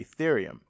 Ethereum